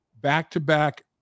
back-to-back